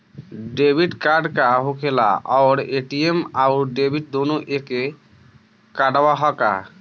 Debit card का होखेला और ए.टी.एम आउर डेबिट दुनों एके कार्डवा ह का?